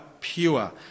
pure